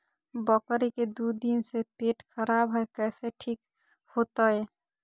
बकरी के दू दिन से पेट खराब है, कैसे ठीक होतैय?